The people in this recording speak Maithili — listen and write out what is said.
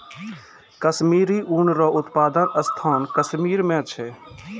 कश्मीरी ऊन रो उप्तादन स्थान कश्मीर मे छै